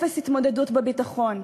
אפס התמודדות בביטחון,